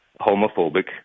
homophobic